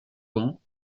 ans